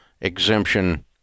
exemption